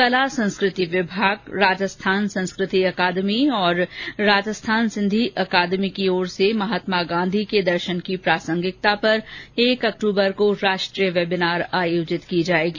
कला संस्कृति विभाग राजस्थान संस्कृत अकादमी और राजस्थान सिन्धी अकादमी की ओर से महात्मा गांधी के दर्शन की प्रासंगिकता पर एक अक्टूबर को राष्ट्रीय वेबिनार आयोजित की जाएगी